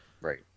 Right